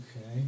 Okay